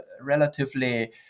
relatively